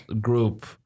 group